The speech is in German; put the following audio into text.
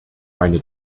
meine